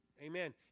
Amen